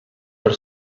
per